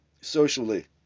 socially